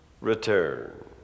return